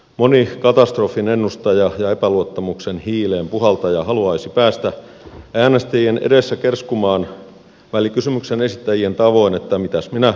moni katastrofin ennustaja ja epäluottamuksen hiileen puhaltaja haluaisi päästä äänestäjien edessä kerskumaan välikysymyksen esittäjien tavoin että mitäs minä sanoinkaan